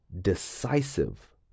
decisive